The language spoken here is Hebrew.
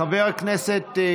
אני כמובן גם מצדיע לאימא שלי